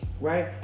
right